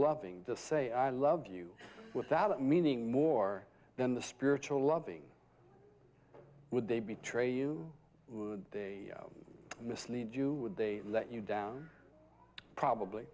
loving to say i love you with that meaning more than the spiritual loving would they be traded they mislead you would they let you down probably